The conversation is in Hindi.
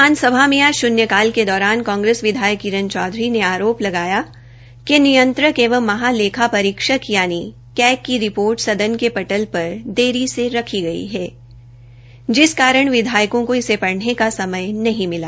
विधानसभा में आज शून्य काल के दौरान कांग्रेस विधायक किरन चौधरी ने आरोप लगाया कि नियंत्रक एंव महालेखा परीक्षक यानि कैग की रिपोर्ट सदन के पटल पर देरी से रखी गई है जिस कारण विधायकों को इसे पढ़ने का समय नहीं मिला